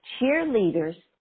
cheerleaders